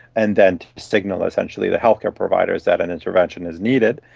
and then signal essentially the healthcare providers that an intervention is needed.